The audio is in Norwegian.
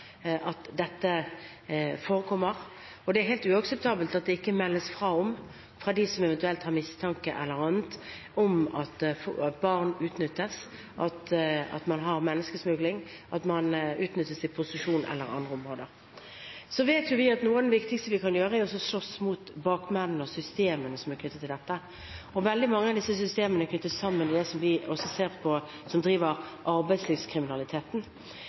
at det ikke meldes fra om, av dem som eventuelt har mistanke eller annet, at barn utnyttes, at man har menneskesmugling, at man utnyttes i prostitusjon eller på andre områder. Vi vet at noe av det viktigste vi kan gjøre, er å slåss mot bakmennene og systemene som er knyttet til dette. Veldig mange av disse systemene knyttes sammen med det som vi også ser driver arbeidslivskriminaliteten. Det vi ser nå, er at det samarbeidet som vi gjør på arbeidslivskriminalitetsområdet, avdekker folk som